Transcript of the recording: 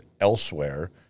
elsewhere